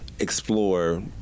explore